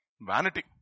Vanity